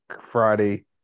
Friday